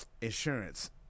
insurance